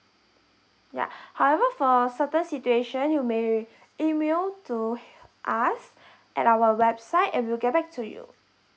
yeah however for certain situation you may email to us at our website and we'll get back to you